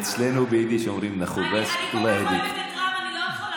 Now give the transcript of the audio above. אצלנו ביידיש אומרים: (אומר דברים במרוקנית.) אני כל כך אוהבת את רם,